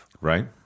Right